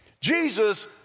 Jesus